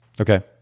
Okay